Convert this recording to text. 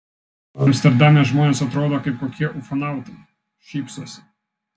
amsterdame žmonės atrodo kaip kokie ufonautai šypsosi